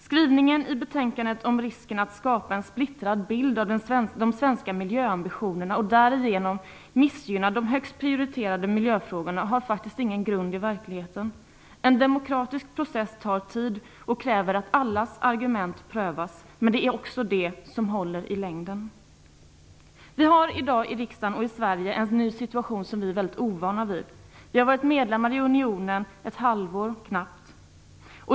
Skrivningen i betänkandet om risken att skapa en splittrad bild av de svenska miljöambitionerna och därigenom missgynna de högst prioriterade miljöfrågorna har faktiskt ingen grund i verkligheten. En demokratisk process tar tid och kräver att allas argument prövas, men det är också det som håller i längden. Vi har i dag i riksdagen och i Sverige en ny situation som vi är ovana vid. Vi har varit medlemmar i unionen knappt ett halvår.